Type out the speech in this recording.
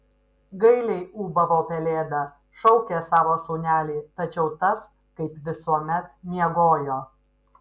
gailiai ūbavo pelėda šaukė savo sūnelį tačiau tas kaip visuomet miegojo